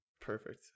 perfect